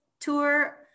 tour